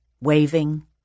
waving